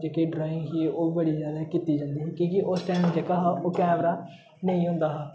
जेह्की ड्राइंग ही ओह् बड़ी ज्यादा कीती जंदी ही कि कि उस टाइम जेह्का हा ओह् कैमरा नेईं होंदा हा